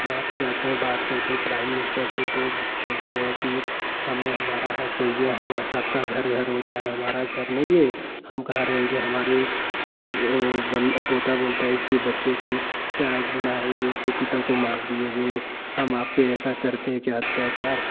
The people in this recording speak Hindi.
वहाँ पर जाते हैं बात करते हैं प्राइम मिनिस्टर से तो वह बोलते हैं कि हमें हमारा हक चाइए हम सबका घर होता है हमारा घर नहीं है हम कहाँ रहेंगे हमारे क्या वह बन तोता बोलता है इसके बच्चे की क्या गुनाह है जो इसके पिता को मार दिए गए हम आपके ऐसा करते क्या अत्याचार